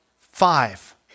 five